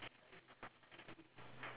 probably tianjin library size